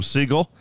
Siegel